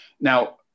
Now